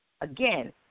again